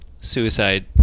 suicide